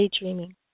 daydreaming